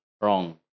wrong